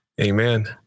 Amen